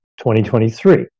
2023